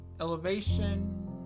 Elevation